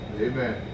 Amen